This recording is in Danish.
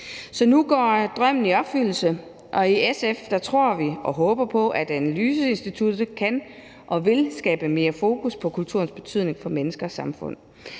nu går drømmen i opfyldelse, og i SF tror vi og håber på, at analyseinstituttet kan og vil skabe mere fokus på kulturens betydning for mennesker og samfund.